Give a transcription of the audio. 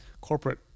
corporate